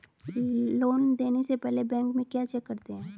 Loan देने से पहले बैंक में क्या चेक करते हैं?